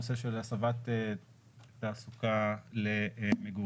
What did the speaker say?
הנושא של הסבת תעסוקה למגורים.